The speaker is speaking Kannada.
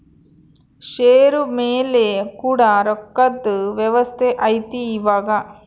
ಷೇರು ಮೇಲೆ ಕೂಡ ರೊಕ್ಕದ್ ವ್ಯವಸ್ತೆ ಐತಿ ಇವಾಗ